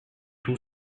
two